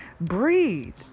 Breathe